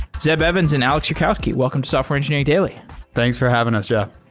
zeb evans and alex yurkowski, welcome to software engineering daily thanks for having us, jeff.